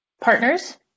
partners